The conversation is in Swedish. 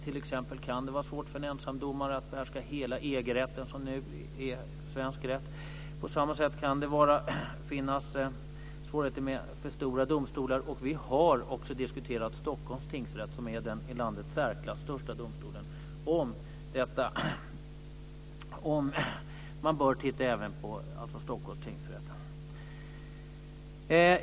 Det kan t.ex. vara svårt för en ensam domare att behärska hela EG-rätten, som nu är svensk rätt. På samma sätt kan det finnas svårigheter med för stora domstolar. Vi har också diskuterat Stockholms tingsrätt, som är den i särklass största domstolen i landet. Man kanske bör titta även på den.